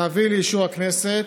להביא לאישור הכנסת,